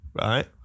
right